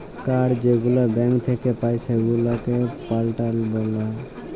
card যেগুলা bank থ্যাইকে পাই সেগুলাকে পাল্টাল যায়